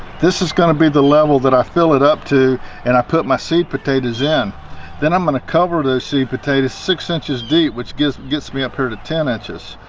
this is going to be the level that i fill it up to and i put my seed potatoes in then i'm going to cover those seed potatoes six inches deep which gets gets me up here to ten inches.